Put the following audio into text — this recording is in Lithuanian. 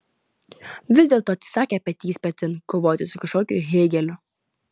vis dėlto atsisakė petys petin kovoti su kažkokiu hėgeliu